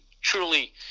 truly